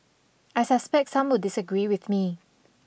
I suspect some will disagree with me